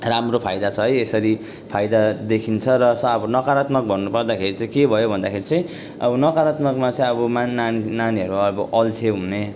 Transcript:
राम्रो फाइदा छ है यसरी फाइदा देखिन्छ र स अब नकरात्मक भन्नु पर्दाखेरि चाहिँ के भयो भन्दाखेरि चाहिँ अब नकरात्मकमा चाहिँ अब मान नान नानीहरू अब अल्छे हुने